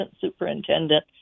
superintendent